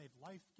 life